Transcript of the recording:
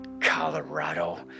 Colorado